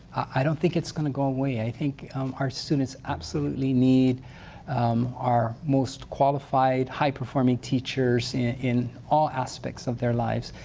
i don't think it's going to go away. i think our students absolutely need our most qualified, high performing teachers in all aspects of their lives.